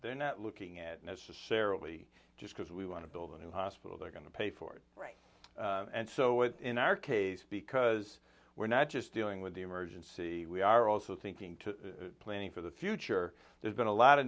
they're not looking at necessarily just because we want to build a new hospital they're going to pay for it and so in our case because we're not just dealing with the emergency we are also thinking to planning for the future there's been a lot of